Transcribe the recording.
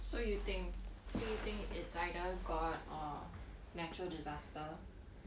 so you think so you think it's either god or natural disasters